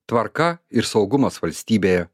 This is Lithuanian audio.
tvarka ir saugumas valstybėje